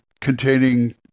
containing